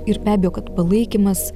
ir be abejo kad palaikymas